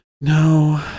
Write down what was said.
No